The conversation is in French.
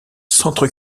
centre